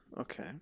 Okay